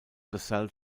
basalt